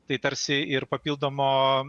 tai tarsi ir papildomo